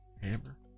Hammer